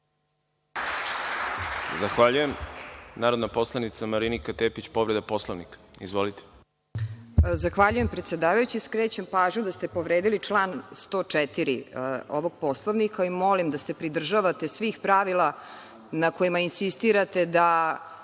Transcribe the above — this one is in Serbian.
Zahvaljujem. Reč ima narodni poslanik Marinika Tepić, povreda Poslovnika. Izvolite. **Marinika Tepić** Zahvaljujem, predsedavajući. Skrećem pažnju da ste povredili član 104. ovog Poslovnika i molim da se pridržavate svih pravila na kojima insistirate da